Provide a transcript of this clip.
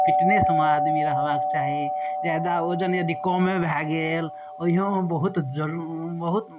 फिटनेसमे आदमी रहबाक चाही जादा वजन यदि कमे भए गेल ओहियोमे बहुत ज बहुत